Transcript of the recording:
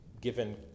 given